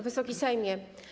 Wysoki Sejmie!